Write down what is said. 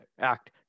act